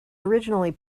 originally